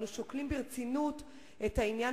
אנו שוקלים ברצינות את העניין,